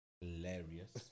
Hilarious